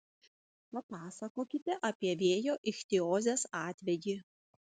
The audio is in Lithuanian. papasakokite apie vėjo ichtiozės atvejį